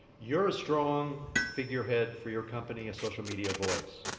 you're a strong figurehead for your company, a social media voice.